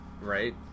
Right